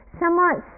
somewhat